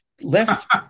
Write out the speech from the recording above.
left